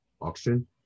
Auction